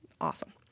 awesome